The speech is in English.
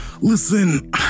Listen